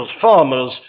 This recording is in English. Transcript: farmers